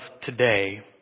today